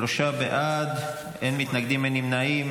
שלושה בעד, אין מתנגדים, אין נמנעים.